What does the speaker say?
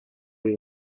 your